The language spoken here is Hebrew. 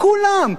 כולם.